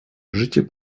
życie